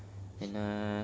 and err